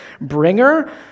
bringer